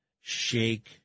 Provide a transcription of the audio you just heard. shake